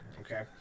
Okay